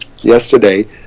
Yesterday